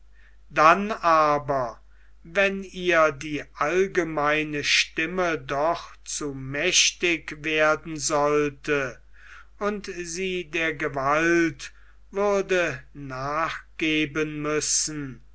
dann aber wenn ihr die allgemeine stimme doch zu mächtig werden sollte und sie der gewalt würde nachgeben müssen